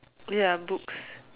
ya books